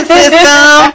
system